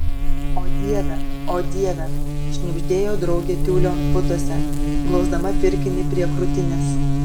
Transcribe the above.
o dieve o dieve šnibždėjo draugė tiulio putose glausdama pirkinį prie krūtinės